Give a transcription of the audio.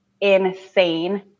insane